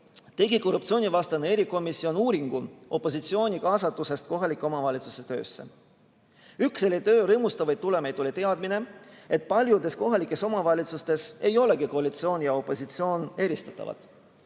tegi korruptsioonivastane erikomisjon uuringu selle kohta, kuidas on opositsioon kaasatud kohalike omavalitsuste töösse. Üks selle töö rõõmustavaid tulemeid oli teadmine, et paljudes kohalikes omavalitsustes ei olegi koalitsioon ja opositsioon eristatavad